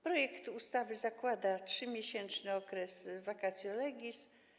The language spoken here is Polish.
Projekt ustawy zakłada 3-miesięczny okres vacatio legis.